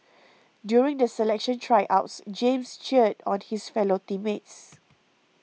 during the selection Tryouts James cheered on his fellow team mates